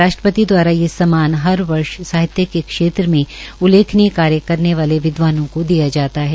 राष्ट्रपति दवारा यह सम्मान हर वर्ष साहित्य के क्षेत्र में उल्लेखनीय कार्य करने वाले विदवानों को दिया जाता है